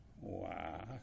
wow